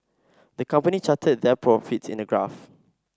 the company charted their profits in a graph